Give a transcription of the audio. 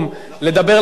נכון.